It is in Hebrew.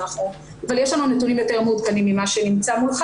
אבל יש לנו נתונים יותר מעודכנים ממה שנמצא מולך